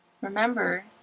Remember